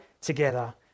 together